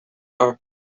are